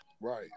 Right